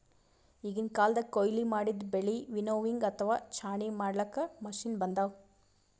ಈಗಿನ್ ಕಾಲ್ದಗ್ ಕೊಯ್ಲಿ ಮಾಡಿದ್ದ್ ಬೆಳಿ ವಿನ್ನೋವಿಂಗ್ ಅಥವಾ ಛಾಣಿ ಮಾಡ್ಲಾಕ್ಕ್ ಮಷಿನ್ ಬಂದವ್